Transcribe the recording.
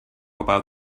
about